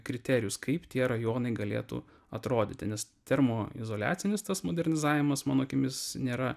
kriterijus kaip tie rajonai galėtų atrodyti nes termoizoliacinis tas modernizavimas mano akimis nėra